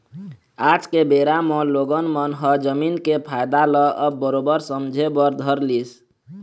आज के बेरा म लोगन मन ह जमीन के फायदा ल अब बरोबर समझे बर धर लिस